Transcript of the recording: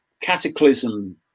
cataclysm